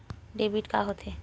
Debit का होथे?